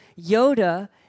Yoda